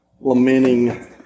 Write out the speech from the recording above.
lamenting